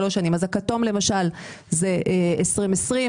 הכתום למשל הוא 2020,